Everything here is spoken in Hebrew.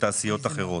בתעשיות אחרות.